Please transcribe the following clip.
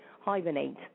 hibernate